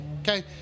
okay